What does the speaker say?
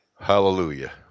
Hallelujah